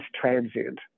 transient